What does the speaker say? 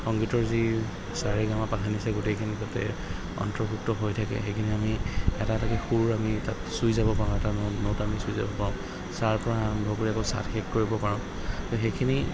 সংগীতৰ যি চা ৰে গা মা পা ধা নি চা গোটেইখিনি তাতে অন্তৰ্ভুক্ত হৈ থাকে সেইখিনি আমি এটা এটাকৈ সুৰ আমি তাত চুই যাব পাৰোঁ এটা ন নোট আমি চুই যাব পাৰোঁ চা ৰ পা আৰম্ভ কৰি আকৌ চা ত শেষ কৰিব পাৰোঁ তো সেইখিনি